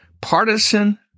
Partisan